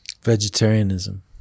Vegetarianism